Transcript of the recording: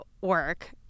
work